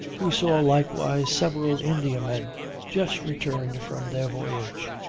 we saw likewise several indiamen just returned from their voyage.